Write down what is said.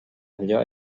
allò